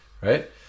right